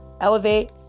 Elevate